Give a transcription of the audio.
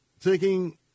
taking